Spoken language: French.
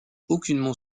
aucunement